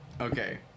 Okay